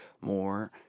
More